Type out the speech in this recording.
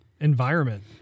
environment